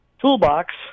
toolbox